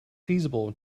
feasible